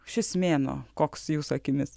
šis mėnuo koks jūsų akimis